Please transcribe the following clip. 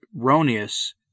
erroneous